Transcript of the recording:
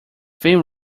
thin